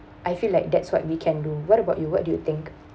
I feel like that's what we can do what about you what do you think